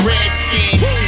Redskins